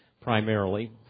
primarily